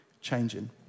changing